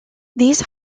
these